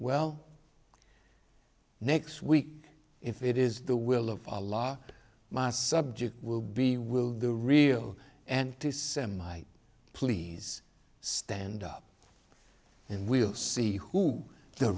well next week if it is the will of a law my subject will be will the real and the semi please stand up and we'll see who the